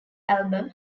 album